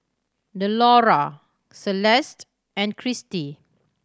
Delora Celeste and Cristi